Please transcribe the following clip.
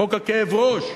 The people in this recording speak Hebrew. חוק הכאב ראש,